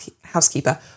housekeeper